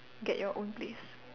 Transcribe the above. get your own place